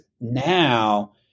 now